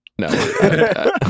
No